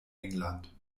england